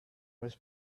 was